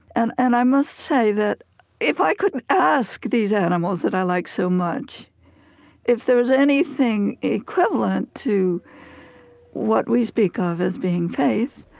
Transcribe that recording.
and and i must say that if i could ask these animals that i like so much if there's anything equivalent to what we speak of as being faith,